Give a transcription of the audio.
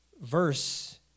verse